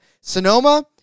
Sonoma